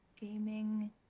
gaming